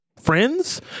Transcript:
friends